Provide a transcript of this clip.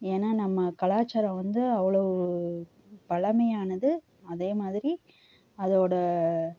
ஏன்னா நம்ம கலாச்சாரம் வந்து அவ்வளவு பழமையானது அதேமாதிரி அதோட